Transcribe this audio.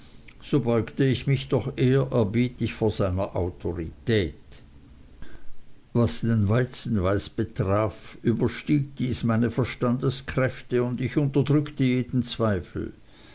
so beugte ich mich doch ehrerbietig vor seiner autorität was den weizenpreis betraf überstieg dies meine verstandeskräfte und ich unterdrückte jeden zweifel